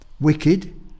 wicked